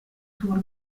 tour